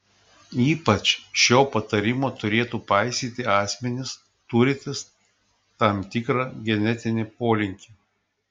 ypač šio patarimo turėtų paisyti asmenys turintys tam tikrą genetinį polinkį